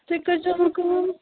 تُہۍ کٔرۍ زیَو کٲم